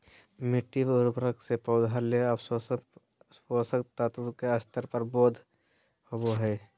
मिटटी उर्वरता से पौधा ले आवश्यक पोषक तत्व के स्तर के बोध होबो हइ